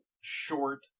short